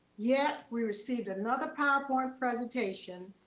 yet we received another powerpoint presentation.